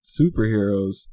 superheroes